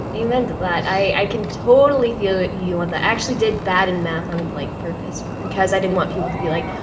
amen to that. i i can totally feel you. i and actually did bad in math on like purpose because i didn't want people to be like,